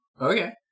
Okay